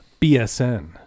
BSN